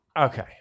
Okay